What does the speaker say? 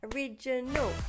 Original